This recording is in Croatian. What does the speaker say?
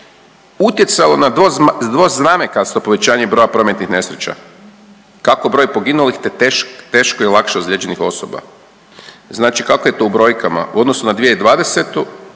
utjecalo na dvoznamenkasto povećanje broja prometnih nesreća kako broj poginulih te teško i lakše ozlijeđenih osoba. Znači kako je to u brojkama, u odnosu na 2020.